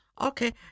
Okay